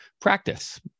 Practice